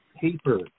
paper